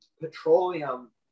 petroleum